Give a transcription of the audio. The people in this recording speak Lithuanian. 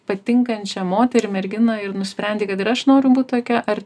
patinkančią moterį merginą ir nusprendei kad ir aš noriu būt tokia ar